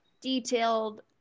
detailed